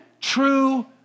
true